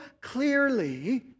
clearly